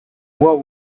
what